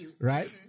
Right